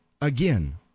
again